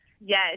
Yes